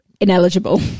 Ineligible